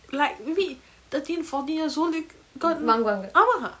like maybe thirteen fourteen years old you got ah